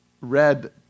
read